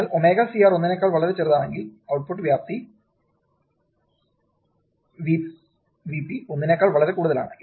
അതിനാൽ ω C R ഒന്നിനേക്കാൾ വളരെ ചെറുതാണെങ്കിൽ ഔട്ട്പുട്ട് വ്യാപ്തി Vp 1 നേക്കാൾ വളരെ കൂടുതലാണ്